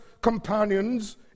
companions